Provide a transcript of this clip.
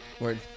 Word